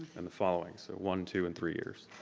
and following. so one, two, and three years.